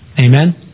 Amen